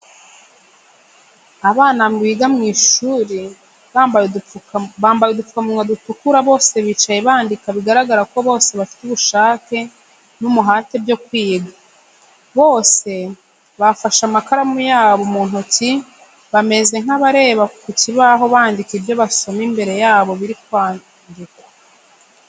Abana biga mu ishuri bambaye udupfukamunwa dutukura bose bicaye bandika bigaragara ko bose bafite ubushake n'umuhate byo kwiga. Bose bafashe amakaramu yabo mu ntoki bameze nkabareba ku kibaho bandika ibyo basoma imbere yabo biri kwandikwa.